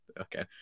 okay